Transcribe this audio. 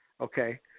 Okay